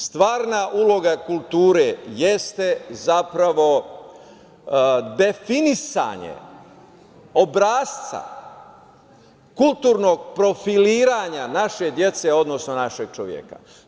Stvarna uloga kulture jeste zapravo definisanje obrasca, kulturnog profiliranja naše dece, odnosno našeg čoveka.